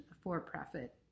for-profit